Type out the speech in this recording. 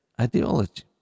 ideology